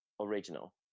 original